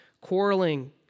quarreling